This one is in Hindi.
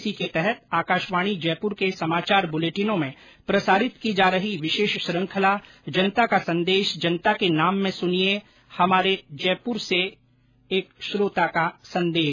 इसी के तहत आकाशवाणी जयप्र के समाचार बुलेटिनों में प्रसारित की जा रही विशेष श्रृंखला जनता का संदेश जनता के नाम में सुनिये हमारे जयपुर से हमारे श्रोता का संदेश